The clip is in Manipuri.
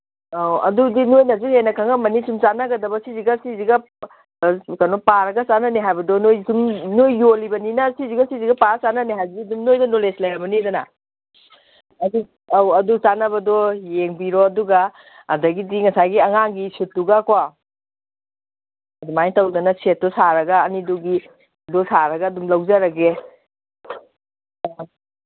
ꯑꯧ ꯑꯗꯨꯗꯤ ꯅꯣꯏꯅꯁꯨ ꯍꯦꯟꯅ ꯈꯪꯉꯝꯃꯅꯤ ꯁꯨꯝ ꯆꯥꯅꯒꯗꯕ ꯁꯤꯁꯤꯒ ꯁꯤꯁꯤꯒ ꯀꯩꯅꯣ ꯄꯥꯔꯒ ꯆꯥꯅꯅꯤ ꯍꯥꯏꯕꯗꯣ ꯅꯣꯏ ꯁꯨꯝ ꯅꯣꯏ ꯌꯣꯜꯂꯤꯕꯅꯤꯅ ꯁꯤꯁꯤꯒ ꯁꯤꯁꯤꯒ ꯄꯥꯔ ꯆꯥꯅꯅꯤ ꯍꯥꯏꯕꯗꯨꯗꯤ ꯑꯗꯨꯝ ꯅꯣꯏꯗ ꯅꯣꯂꯦꯖ ꯂꯩꯔꯝꯃꯅꯤꯗꯅ ꯑꯗꯨ ꯑꯧ ꯑꯗꯨ ꯆꯥꯅꯕꯗꯣ ꯌꯦꯡꯕꯤꯔꯣ ꯑꯗꯨꯒ ꯑꯗꯒꯤꯗꯤ ꯉꯁꯥꯏꯒꯤ ꯑꯉꯥꯡꯒꯤ ꯁꯨꯠꯇꯨꯒꯀꯣ ꯑꯗꯨꯃꯥꯏꯅ ꯇꯧꯗꯅ ꯁꯦꯠꯇꯣ ꯁꯥꯔꯒ ꯑꯅꯤꯗꯨꯒꯤꯗꯨ ꯁꯥꯔꯒ ꯑꯗꯨꯝ ꯂꯧꯖꯔꯒꯦ